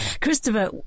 Christopher